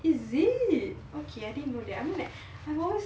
is it okay I didn't know that I mean like I always